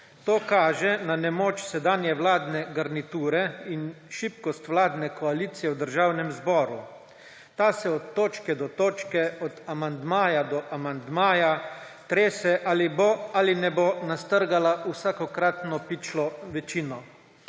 To kaže na nemoč sedanje vladne garniture in šibkost vladne koalicije v Državnem zboru. Ta se od točke do točke, od amandmaja do amandmaja trese, ali bo ali ne bo nastrgala vsakokratno pičlo večino.